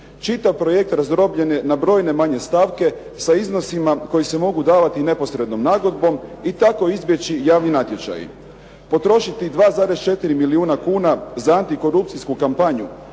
Čitav projekt razdrobljen je na brojne manje stavke sa iznosima koji se mogu davati neposrednom nagodbom i tako izbjeći javni natječaji. Potrošiti 2,4 milijuna kuna za antikorupcijsku kampanju